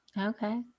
Okay